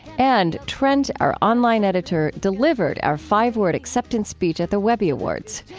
and trent, our online editor, delivered our five-word acceptance speech at the webby awards.